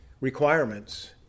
requirements